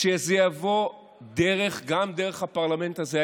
שזה יבוא גם דרך הפרלמנט הזה.